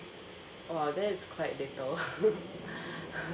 !wow! that is quite little